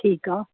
ठीकु ठीकु आहे